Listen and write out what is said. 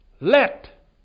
Let